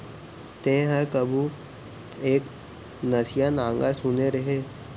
तैंहर कभू एक नसिया नांगर सुने रहें?